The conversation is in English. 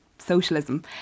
socialism